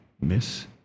miss